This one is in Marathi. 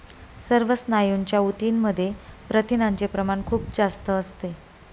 सर्व स्नायूंच्या ऊतींमध्ये प्रथिनांचे प्रमाण खूप जास्त असते